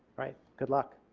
right. good luck.